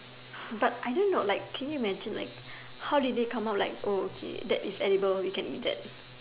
but I don't know like can you imagine like how did they come out like oh okay that is edible we can eat that